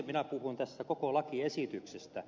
minä puhuin tästä koko lakiesityksestä